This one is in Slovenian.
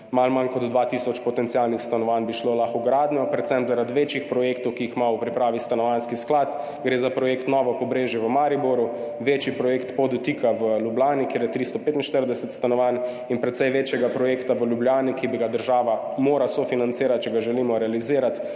malo manj kot dva tisoč potencialnih stanovanj, ki bi lahko šla v gradnjo, predvsem zaradi večjih projektov, ki jih ima v pripravi Stanovanjski sklad. Gre za projekt Novo Pobrežje v Mariboru, večji projekt Podutik v Ljubljani, kjer je 345 stanovanj, in precej večji projekt v Ljubljani, ki bi ga država morala sofinancirati, če ga želimo realizirati.